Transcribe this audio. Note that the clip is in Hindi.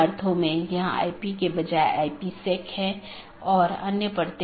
जिसे हम BGP स्पीकर कहते हैं